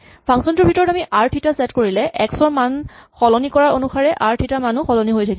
function টোৰ ভিতৰত আ্মি আৰ থিতা ছেট কৰিলে এক্স ৰ মান সলনি কৰাৰ অনুসাৰে আৰ থিতা ৰ মানো সলনি হৈ থাকিব